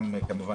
כן, אדוני.